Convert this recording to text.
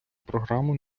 програму